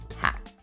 hack